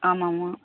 ஆமாம்மா